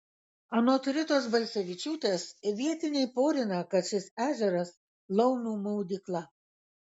anot ritos balsevičiūtės vietiniai porina kad šis ežeras laumių maudykla